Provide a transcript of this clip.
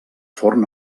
forn